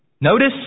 Notice